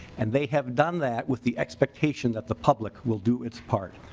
and they have done that with the expectation that the public will do its part.